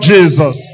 Jesus